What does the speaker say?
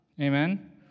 Amen